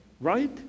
Right